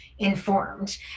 informed